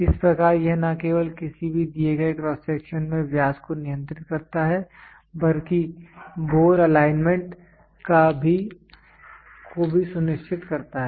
इस प्रकार यह न केवल किसी भी दिए गए क्रॉस सेक्शन में व्यास को नियंत्रित करता है बल्कि बोर एलाइनमेंट को भी सुनिश्चित करता है